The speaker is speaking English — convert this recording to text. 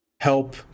help